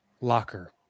Locker